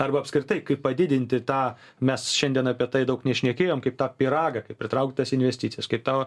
arba apskritai kaip padidinti tą mes šiandien apie tai daug nešnekėjom kaip tą pyragą kaip pritraukt tas investicijas kaip tavo